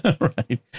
right